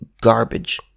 garbage